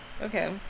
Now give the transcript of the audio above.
Okay